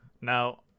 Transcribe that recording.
now